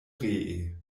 ree